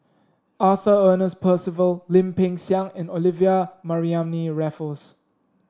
Arthur Ernest Percival Lim Peng Siang and Olivia Mariamne Raffles